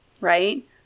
right